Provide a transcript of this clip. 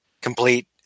complete